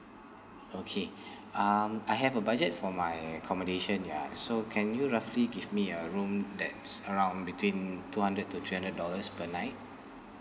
okay um I have a budget for my accommodation ya so can you roughly give me a room that's around between two hundred to three hundred dollars per night